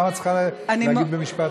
למה את צריכה להגיד במשפט אחד?